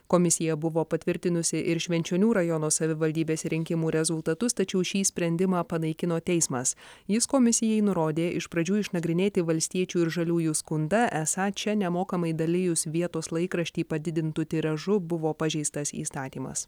komisija buvo patvirtinusi ir švenčionių rajono savivaldybės rinkimų rezultatus tačiau šį sprendimą panaikino teismas jis komisijai nurodė iš pradžių išnagrinėti valstiečių ir žaliųjų skundą esą čia nemokamai dalijus vietos laikraštį padidintu tiražu buvo pažeistas įstatymas